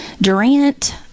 Durant